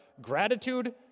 gratitude